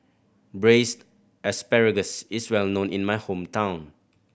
Braised Asparagus is well known in my hometown